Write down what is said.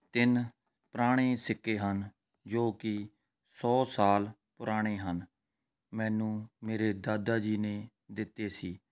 ਤਿੰਨ ਪੁਰਾਣੇ ਸਿੱਕੇ ਹਨ ਜੋ ਕਿ ਸੌ ਸਾਲ ਪੁਰਾਣੇ ਹਨ ਮੈਨੂੰ ਮੇਰੇ ਦਾਦਾ ਜੀ ਨੇ ਦਿੱਤੇ ਸੀ